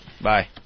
Bye